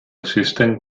existen